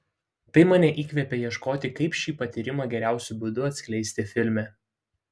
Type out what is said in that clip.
tai mane įkvėpė ieškoti kaip šį patyrimą geriausiu būdu atskleisti filme